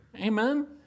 Amen